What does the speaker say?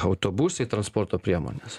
autobusai transporto priemonės